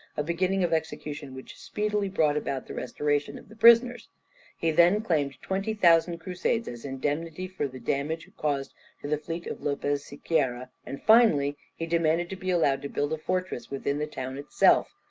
a beginning of execution which speedily brought about the restoration of the prisoners he then claimed twenty thousand crusades as indemnity for the damage caused to the fleet of lopez sequeira, and finally he demanded to be allowed to build a fortress within the town itself,